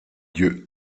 dieu